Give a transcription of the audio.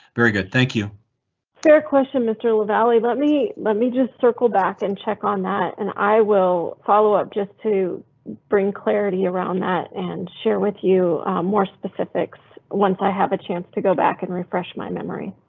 very good. thank you fair question. mr lavalley, let me let me just circle back and check on that and i will follow up just to bring clarity around that and share with you more specifics. once i have a chance to go back and refresh my memory.